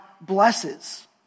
blesses